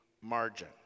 margin